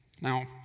Now